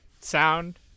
sound